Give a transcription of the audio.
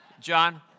John